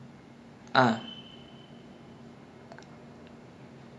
then I like !wah! okay garage band looks nice because when I was in secondary school I was in a band also